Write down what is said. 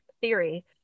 theory